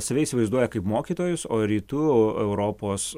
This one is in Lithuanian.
save įsivaizduoja kaip mokytojus o rytų europos